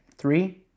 Three